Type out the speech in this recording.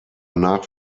nach